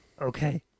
Okay